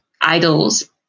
idols